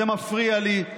זה מפריע לי,